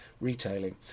retailing